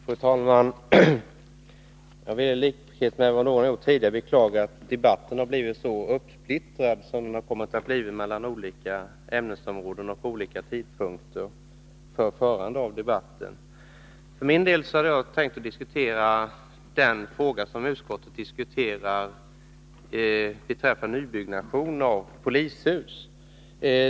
Fru talman! Jag vill i likhet med vad någon av de tidigare talarna gjorde beklaga att debatten har blivit så uppsplittrad mellan olika ämnesområden och att det blivit olika tidpunkter för förande av debatten. För min del vill jag beröra det utskottet har anfört beträffande nybyggnation av polishus.